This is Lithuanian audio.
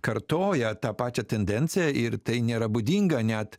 kartoja tą pačią tendenciją ir tai nėra būdinga net